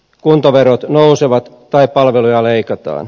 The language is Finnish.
kuntaverot nousevat tai palveluja leikataan